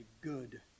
good